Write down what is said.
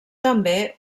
també